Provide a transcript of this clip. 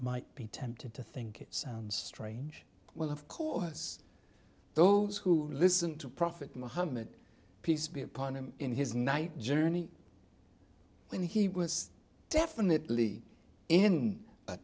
might be tempted to think it sounds strange well of course those who listen to prophet muhammad peace be upon him in his night journey when he was definitely in a